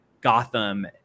Gotham